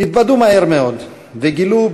התבדו מהר מאוד וגילו,